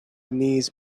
knees